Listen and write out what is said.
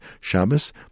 Shabbos